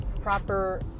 proper